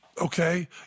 Okay